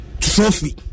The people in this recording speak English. trophy